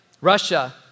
Russia